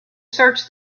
search